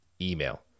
email